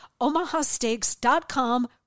OmahaSteaks.com